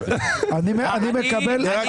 אז הם מנסים דרך יועצת משפטית.